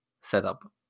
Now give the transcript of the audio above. setup